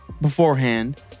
beforehand